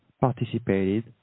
participated